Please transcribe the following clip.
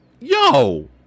yo